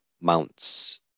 Mount's